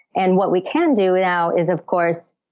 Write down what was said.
and what we can do now is, of course,